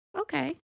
Okay